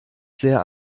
sehr